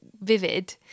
vivid